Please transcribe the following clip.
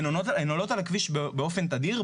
הן עולות על הכביש באופן תדיר?